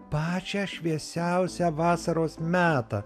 pačią šviesiausią vasaros metą